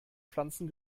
pflanzen